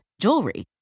jewelry